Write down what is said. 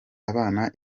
abana